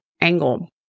angle